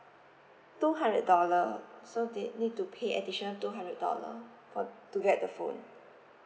two hundred dollar so they need to pay additional two hundred dollar for to get the phone